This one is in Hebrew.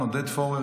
עודד פורר,